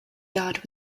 yard